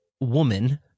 woman